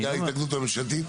בגלל ההתנגדות הממשלתית?